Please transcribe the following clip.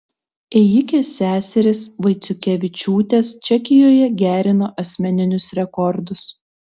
ėjikės seserys vaiciukevičiūtės čekijoje gerino asmeninius rekordus